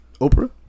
Oprah